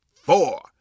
four